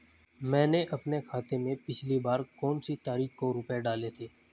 मैंने अपने खाते में पिछली बार कौनसी तारीख को रुपये डाले थे?